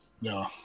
No